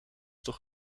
toch